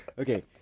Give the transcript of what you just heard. Okay